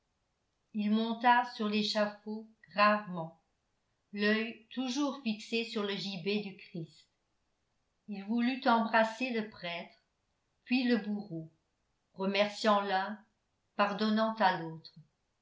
il monta sur l'échafaud gravement l'œil toujours fixé sur le gibet du christ il voulut embrasser le prêtre puis le bourreau remerciant l'un pardonnant à l'autre